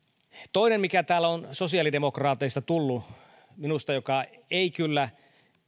toinen asia joka täällä on sosiaalidemokraateilta tullut ja joka minusta ei kyllä